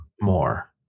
more